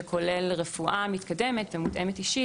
שכולל רפואה מתקדמת ומותאמת אישית,